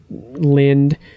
Lind